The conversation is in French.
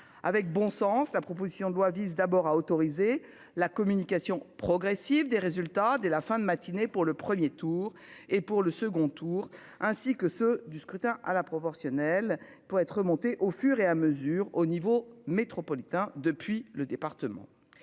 avec bon sens, la proposition de loi vise d'abord à autoriser la communication progressive des résultats dès la fin de matinée pour le premier tour et pour le second tour ainsi que ceux du scrutin à la proportionnelle pour être monté au fur et à mesure au niveau métropolitain depuis le département.